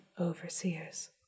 overseers